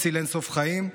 הציל אין-סוף חיים.